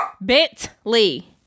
Bentley